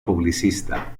publicista